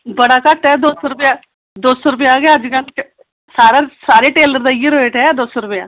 बड़ा घट्ट ऐ दौ सौ रपेआ दौ सौ रपेआ गै अज्जकल सारे टेलर दा इयै रेट ऐ दौ सौ रपेआ